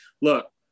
look